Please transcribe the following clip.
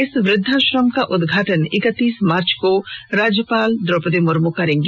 इस वृद्वाश्रम का उदघाटन इकतीस मार्च को राज्यपाल द्रौपदी मुर्मू करेंगी